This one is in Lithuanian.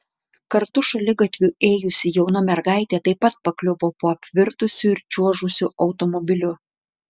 kartu šaligatviu ėjusi jauna mergaitė taip pat pakliuvo po apvirtusiu ir čiuožusiu automobiliu